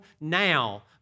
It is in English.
now